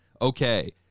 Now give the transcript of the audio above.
Okay